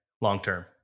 Long-term